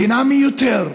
דינמי יותר.